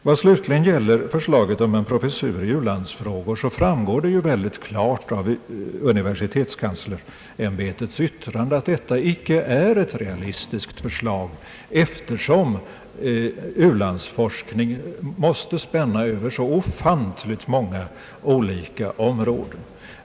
Vad slutligen gäller förslaget om en professur i u-landsfrågor framgår det synnerligen klart av universitetskanslersämbetets yttrande att detta icke är ett realistiskt förslag, eftersom u-landsforskning måste spänna över oerhört många områden.